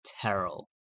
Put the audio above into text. Terrell